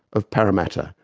of parramatta,